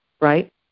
right